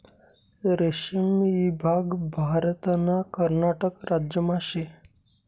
रेशीम ईभाग भारतना कर्नाटक राज्यमा शे